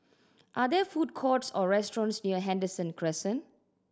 are there food courts or restaurants near Henderson Crescent